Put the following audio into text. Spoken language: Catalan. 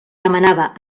demanava